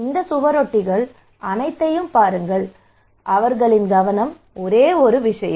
இந்த சுவரொட்டிகள் அனைத்தையும் பாருங்கள் அவர்களின் கவனம் ஒரே ஒரு விஷயம்